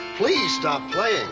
please stop playing